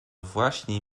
właśnie